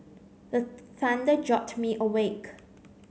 the thunder jolt me awake